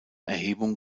erhebung